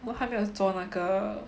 我还没有做那个